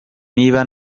niba